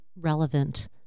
relevant